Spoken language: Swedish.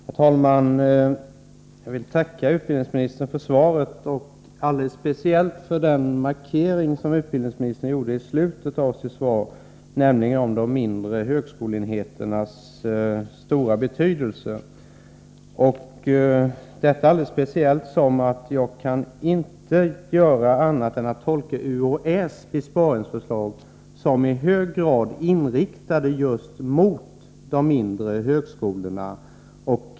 Herr talman! Jag vill tacka utbildningsministern för svaret och alldeles speciellt för den markering som utbildningsministern gjorde i slutet av sitt svar om de mindre högskoleenheternas stora betydelse. Jag kan nämligen inte tolka UHÄ:s besparingsförslag på annat sätt än att de är i hög grad inriktade just mot de mindre högskolorna.